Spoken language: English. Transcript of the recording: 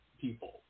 people